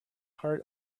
heart